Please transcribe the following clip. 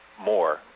more